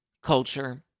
Culture